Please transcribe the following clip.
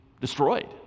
destroyed